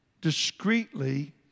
discreetly